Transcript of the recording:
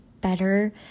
better